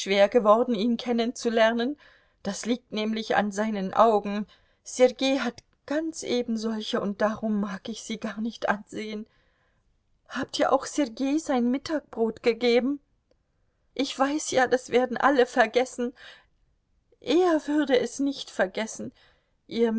geworden ihn kennenzulernen das liegt nämlich an seinen augen sergei hat ganz ebensolche und darum mag ich sie gar nicht ansehen habt ihr auch sergei sein mittagbrot gegeben ich weiß ja das werden alle vergessen er würde es nicht vergessen ihr